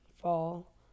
fall